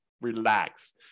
relax